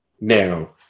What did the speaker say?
now